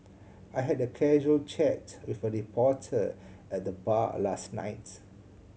I had a casual chat with a reporter at the bar last night